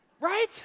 Right